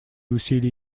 усилия